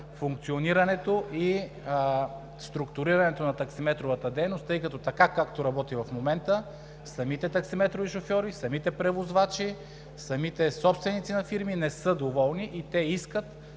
функционирането и структурирането на таксиметровата дейност, тъй като така, както работи в момента, самите таксиметрови шофьори, самите превозвачи, самите собственици на фирми не са доволни, искат